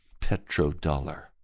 petrodollar